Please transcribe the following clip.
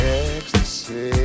ecstasy